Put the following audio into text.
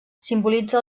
simbolitza